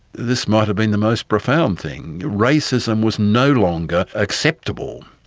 this might have been the most profound thing racism was no longer acceptable.